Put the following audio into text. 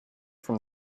for